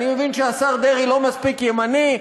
אני מבין שהשר דרעי לא מספיק ימני,